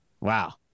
wow